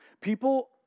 People